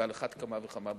ועל אחת כמה וכמה בפריפריה.